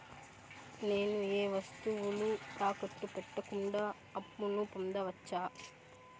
నేను ఏ వస్తువులు తాకట్టు పెట్టకుండా అప్పును పొందవచ్చా?